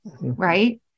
Right